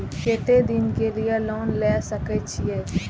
केते दिन के लिए लोन ले सके छिए?